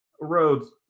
Rhodes